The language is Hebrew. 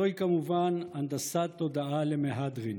זוהי כמובן הנדסת תודעה למהדרין.